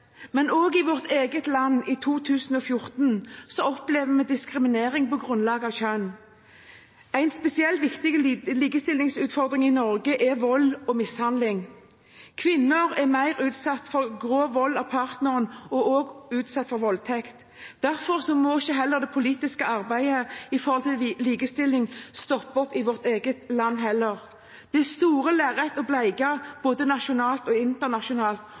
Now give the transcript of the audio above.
Men også i vårt eget land i 2014 opplever vi diskriminering på grunnlag av kjønn. En spesielt viktig likestillingsutfordring i Norge er vold og mishandling. Kvinner er mer utsatt for grov vold fra partneren og er også utsatt for voldtekt. Derfor må ikke det politiske arbeidet for likestilling stoppe opp i vårt eget land. Det er store lerret å bleke både nasjonalt og internasjonalt,